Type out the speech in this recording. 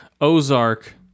Ozark